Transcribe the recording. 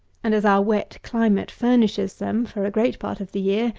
and as our wet climate furnishes them, for a great part of the year,